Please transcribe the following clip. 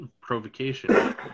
provocation